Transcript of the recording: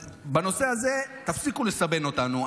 אז בנושא הזה תפסיקו לסבן אותנו,